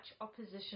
opposition